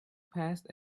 past